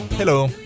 Hello